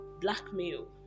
blackmail